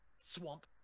swamp